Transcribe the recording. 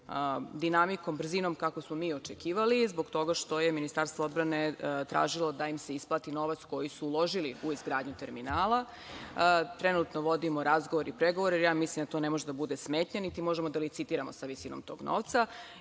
dinamikom, brzinom kako smo mi očekivali zbog toga što je Ministarstvo odbrane tražilo da im se isplati novac koji su uložili u izgradnju terminala. Trenutno vodimo razgovor i pregovore, jer ja mislim da to ne može da bude smetnja niti možemo da licitiramo zavisi od tog novca. Nadam